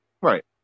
Right